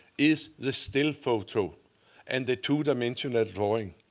is the still photo and the two-dimensional drawing.